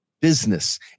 business